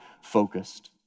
focused